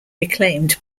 reclaimed